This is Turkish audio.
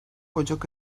ocak